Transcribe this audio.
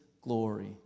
glory